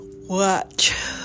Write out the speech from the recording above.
watch